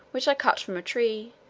which i cut from a tree,